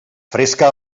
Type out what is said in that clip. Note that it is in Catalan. fresca